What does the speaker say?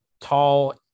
tall